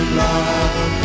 love